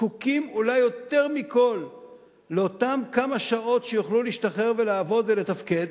זקוקים אולי יותר מכול לאותן כמה שעות שיוכלו להשתחרר ולעבוד ולתפקד.